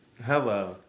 Hello